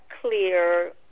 clear